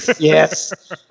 Yes